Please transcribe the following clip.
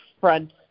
front